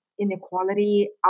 inequality